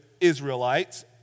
Israelites